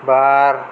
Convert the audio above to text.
बार